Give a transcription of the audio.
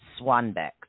Swanbeck